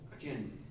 again